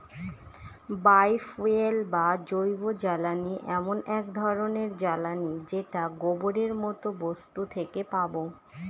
বায় fuel বা জৈবজ্বালানী এমন এক ধরনের জ্বালানী যেটা গোবরের মতো বস্তু থেকে পাবো